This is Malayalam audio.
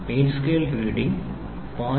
main scale reading 0